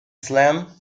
slam